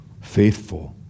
faithful